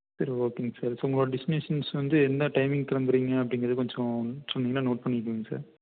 சரி ஓகேங்க sir sir உங்களோட டிஸ்மினிஷிங்ஸ் வந்து என்ன டைம்மிங் கிளம்புறீங்க அப்படிங்கறத கொஞ்சம் சொன்னிங்கனா நோட் பண்ணிக்குவேங்க சார்